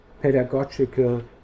pedagogical